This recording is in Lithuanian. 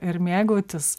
ir mėgautis